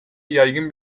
yaygın